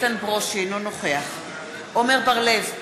אינו נוכח עמר בר-לב,